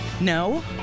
No